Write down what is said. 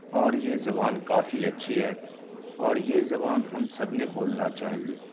اور یہ زبان کافی اچھی ہے اور یہ زبان ہم سب نے بولنا چاہیے